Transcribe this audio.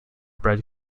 bread